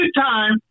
time